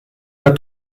der